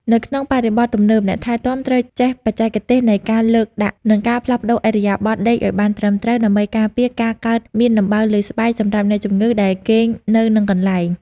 នៅក្នុងបរិបទទំនើប អ្នកថែទាំត្រូវចេះបច្ចេកទេសនៃការលើកដាក់ និងការផ្លាស់ប្តូរឥរិយាបថដេកឱ្យបានត្រឹមត្រូវ ដើម្បីការពារការកើតមានដំបៅលើស្បែកសម្រាប់អ្នកជំងឺដែលគេងនៅនឹងកន្លែង។